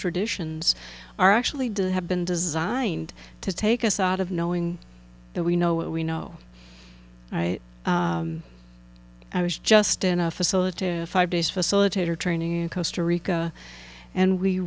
traditions are actually did have been designed to take us out of knowing that we know what we know i i was just in a facilitator five days facilitator training in costa rica and we